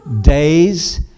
days